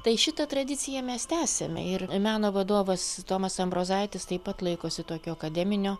tai šitą tradiciją mes tęsim ir meno vadovas tomas ambrozaitis taip pat laikosi tokio akademinio